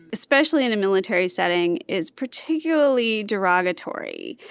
especially in a military setting, is particularly derogatory.